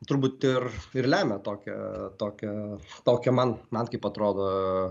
turbūt ir ir lemia tokią tokią tokią man man kaip atrodo